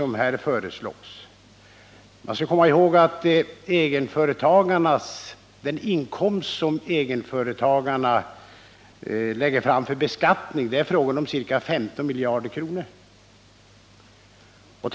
Man skall komma ihåg att den inkomst som egenföretagarna lägger fram för beskattning uppgår till ca 15 miljarder kronor.